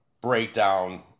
breakdown